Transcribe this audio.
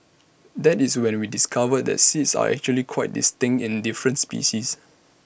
that is when we discovered that seeds are actually quite distinct in different species